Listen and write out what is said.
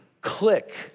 click